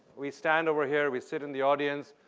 we stand over here, we sit in the audience,